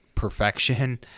perfection